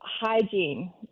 Hygiene